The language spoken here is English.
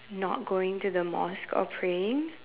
not going to the mosque or praying